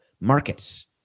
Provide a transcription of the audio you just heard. markets